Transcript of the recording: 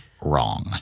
wrong